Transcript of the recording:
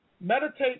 meditate